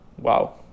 Wow